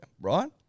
right